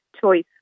choice